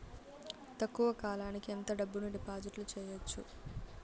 తక్కువ కాలానికి ఎంత డబ్బును డిపాజిట్లు చేయొచ్చు?